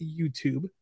YouTube